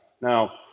Now